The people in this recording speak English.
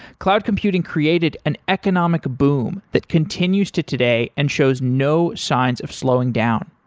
cloud computing created an economic boom that continues to today and shows no signs of slowing down.